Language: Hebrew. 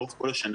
לאורך כל השנה,